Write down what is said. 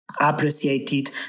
appreciated